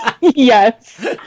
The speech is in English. Yes